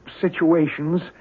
situations